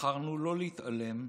בחרנו לא להתעלם,